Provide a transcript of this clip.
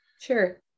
Sure